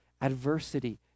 adversity